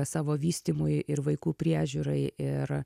savo vystymui ir vaikų priežiūrai ir